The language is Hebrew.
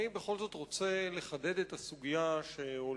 אני בכל זאת רוצה לחדד את הסוגיה שהועלתה